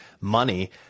money